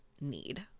need